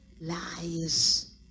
lies